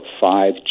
five